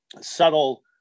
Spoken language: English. subtle